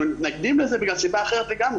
אנחנו מתנגדים לזה בגלל סיבה אחרת לגמרי.